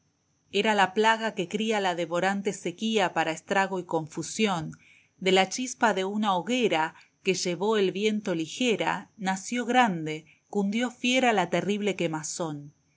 era la plaga que cría la devorante sequía para estrago y confusión de la chispa de una hoguera que llevó el viento ligera nació grande cundió fiera la terrible quemazón